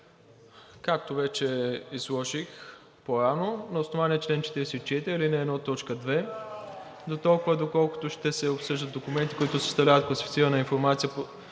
Както вече изложих по-рано, на основание чл. 44, ал. 1, т. 2, дотолкова, доколкото ще се обсъждат документи, които съставляват класифицирана информация